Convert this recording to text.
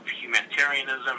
humanitarianism